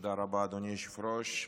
תודה רבה, אדוני היושב-ראש.